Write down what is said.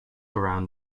around